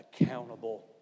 accountable